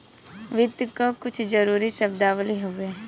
वित्त क कुछ जरूरी शब्दावली हउवे